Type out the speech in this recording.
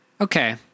Okay